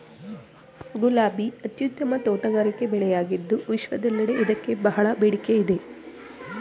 ಗುಲಾಬಿ ಅತ್ಯುತ್ತಮ ತೋಟಗಾರಿಕೆ ಬೆಳೆಯಾಗಿದ್ದು ವಿಶ್ವದೆಲ್ಲೆಡೆ ಇದಕ್ಕೆ ಬಹಳ ಬೇಡಿಕೆ ಇದೆ